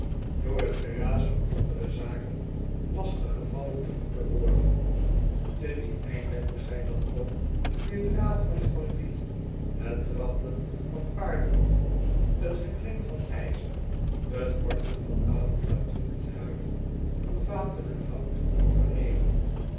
door t geraas van andere zaken lastig gevallen te moeten worden te dien einde moest hij dan ook nu t ratelen van wielen t trappelen van paardenhoeven t geklink van ijzer t horten van balen katoen en huiden van vaten en hout vernemen